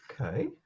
Okay